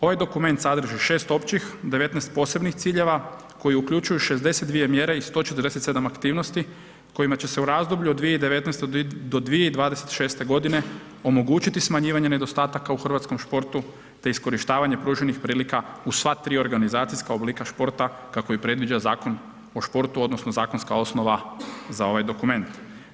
Ovaj dokument sadrži 6 općih, 19 posebnih ciljeva koji uključuju 62 mjere i 147 aktivnosti kojima će se u razdoblju od 2019. do 2026. godine omogućiti smanjivanje nedostataka u hrvatskom športu te iskorištavanje pruženih prilika u sva tri organizacijska oblika športa kako i predviđa Zakon o športu odnosno zakonska osnova za ovaj dokument.